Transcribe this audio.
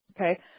Okay